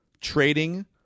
trading